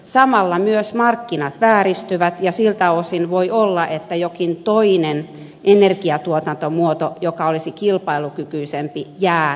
samalla myös markkinat vääristyvät ja siltä osin voi olla että jokin toinen energiatuotantomuoto joka olisi kilpailukykyisempi jää jalkoihin